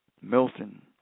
Milton